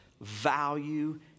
value